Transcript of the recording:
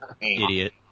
Idiot